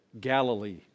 Galilee